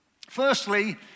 Firstly